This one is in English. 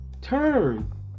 Turn